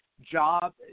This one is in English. Job